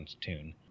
tune